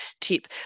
tip